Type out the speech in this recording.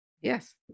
Yes